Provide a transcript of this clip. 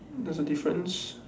there's a difference